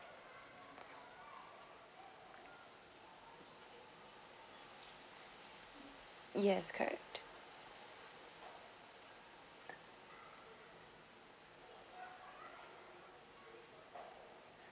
yes correct